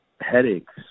headaches